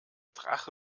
drache